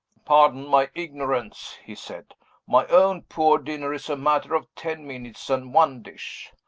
pardon my ignorance, he said my own poor dinner is a matter of ten minutes and one dish.